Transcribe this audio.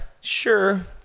Sure